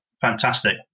fantastic